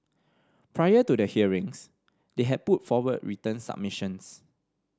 prior to the hearings they had put forward written submissions